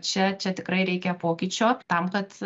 čia čia tikrai reikia pokyčio tam kad